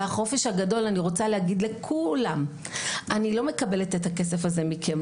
אני לא מקבלת את הכסף הזה מכם.